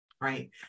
right